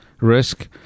risk